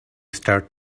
start